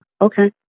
Okay